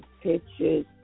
pictures